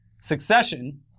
Succession